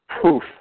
proof